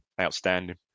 Outstanding